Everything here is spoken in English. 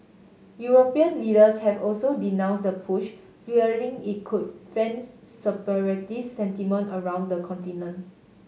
European leaders have also denounce the push fearing it could fans separatist sentiment around the continent